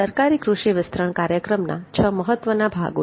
સરકારી કૃષિ વિસ્તરણ કાર્યક્રમના છ મહત્વના ભાગો છે